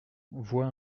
voie